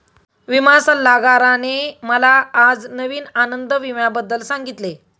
विमा सल्लागाराने मला आज जीवन आनंद विम्याबद्दल सांगितले